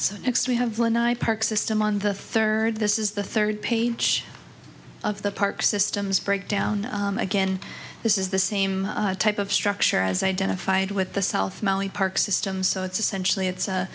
so next we have lanai park system on the third this is the third page of the park systems breakdown again this is the same type of structure as identified with the south molly park system so it's essentially it's